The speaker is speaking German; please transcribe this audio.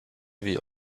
wie